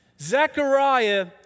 Zechariah